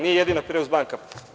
Nije jedina Pireus banka.